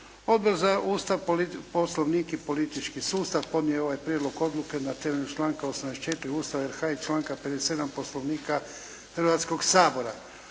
Odbor za Ustav, Poslovnik i politički sustav podnio je ovaj Prijedlog odluke na temelju članka 84. Ustava RH i članka 57. Poslovnika Hrvatskog sabora.